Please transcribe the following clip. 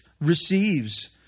receives